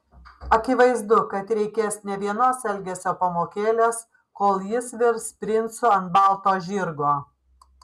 akivaizdu kad reikės ne vienos elgesio pamokėlės kol jis virs princu ant balo žirgo